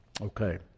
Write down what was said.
Okay